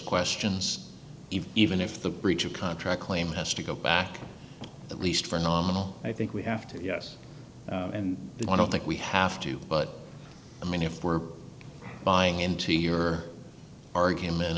questions even if the breach of contract claim has to go back at least for nominal i think we have to yes and we want to think we have to but i mean if we're buying into your argument